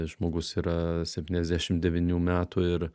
žmogus yra septyniasdešimt devynių metų ir